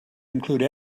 include